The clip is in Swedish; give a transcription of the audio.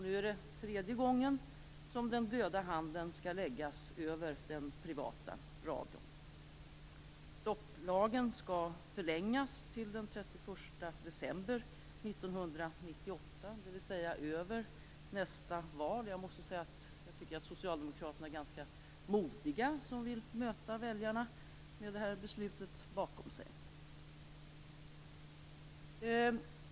Nu är det tredje gången som den döda handen skall läggas över den privata radion. Stopplagen skall förlängas till den 31 december 1998, dvs. över nästa val. Jag tycker att Socialdemokraterna är ganska modiga som vill möta väljarna med det här beslutet bakom sig.